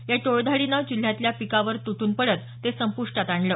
या टोळधाडीनं जिल्ह्यातल्या पिकावर तुटून पडत ते संपुष्टात आणलं